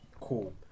cool